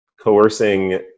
coercing